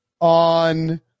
on